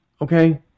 okay